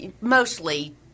mostly